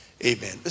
Amen